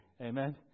Amen